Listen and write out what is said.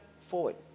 forward